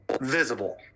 visible